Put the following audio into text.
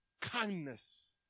kindness